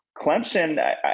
Clemson